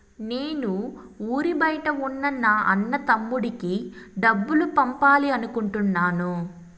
నేను ఊరి బయట ఉన్న నా అన్న, తమ్ముడికి డబ్బులు పంపాలి అనుకుంటున్నాను